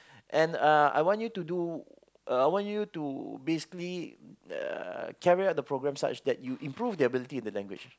and uh I want you to do uh I want you do basically uh carry out the programme such that you improve the ability in the language